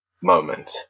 moment